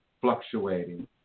fluctuating